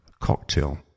Cocktail